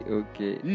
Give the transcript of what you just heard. okay